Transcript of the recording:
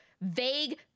vague